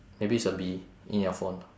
maybe it's a bee in your phone